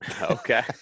Okay